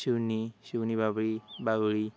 Shivani Shivani Babri Babri